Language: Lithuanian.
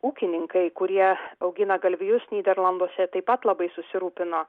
ūkininkai kurie augina galvijus nyderlanduose taip pat labai susirūpino